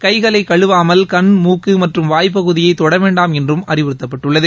கைகளை கழுவாமல் கண் மூக்கு மற்றும் வாய் பகுதியை தொட வேண்டாம் என்றும் அறிவுறுத்தப்பட்டுள்ளது